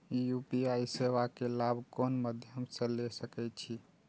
UPI सेवा के लाभ कोन मध्यम से ले सके छी?